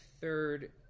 third